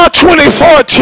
2014